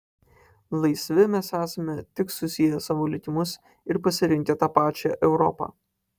laisvi mes esame tik susieję savo likimus ir pasirinkę tą pačią europą